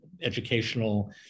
educational